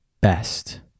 best